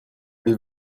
elle